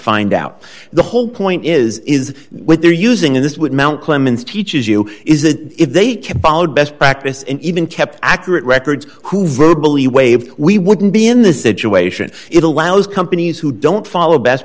find out the whole point is is what they're using in this would mount clemens teaches you is that if they kept followed best practice and even kept accurate records who verbal you waive we wouldn't be in this situation it allows companies who don't follow best